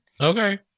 Okay